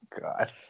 God